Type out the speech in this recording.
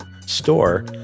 store